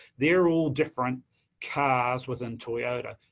they're all different cars within toyota.